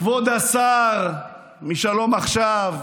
כבוד השר משלום עכשיו,